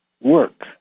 work